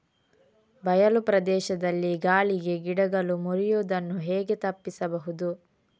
ಬಯಲು ಪ್ರದೇಶದಲ್ಲಿ ಗಾಳಿಗೆ ಗಿಡಗಳು ಮುರಿಯುದನ್ನು ಹೇಗೆ ತಪ್ಪಿಸಬಹುದು?